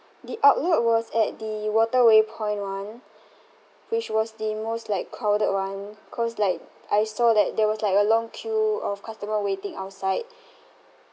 the outlet was at the waterway point [one] which was the most like crowded [one] cause like I saw that there was like a long queue of customer waiting outside